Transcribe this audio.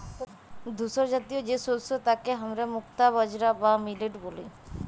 ধূসরজাতীয় যে শস্য তাকে হামরা মুক্তা বাজরা বা মিলেট ব্যলি